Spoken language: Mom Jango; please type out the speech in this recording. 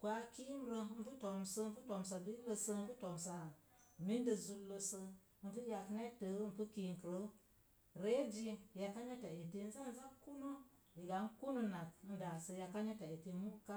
Gwaag kiimrə pu to̱msə n pu to̱msa billəssə, n pu to̱msa mində zulləssə n pu yag nettəə, n pu kinkrəə, reezi yaka neta eti n zaa n za kunə. Daga n kunənnak n daasə yaka neta eti mu'ka.